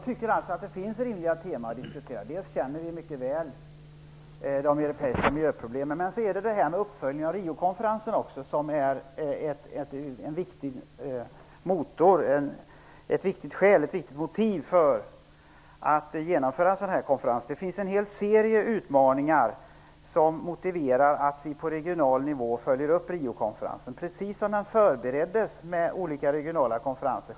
Herr talman! Det finns rimliga teman att diskutera. Dels känner vi mycket väl till de europeiska miljöproblemen, dels är uppföljningen av Riokonferensen en viktig motor och ett viktigt motiv för att genomföra en nordeuropeisk miljökonferens. Det finns en hel serie utmaningar som motiverar att vi följer upp Riokonferensen på regional nivå, precis som den förbereddes med regionala konferenser.